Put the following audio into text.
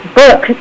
book